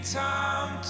time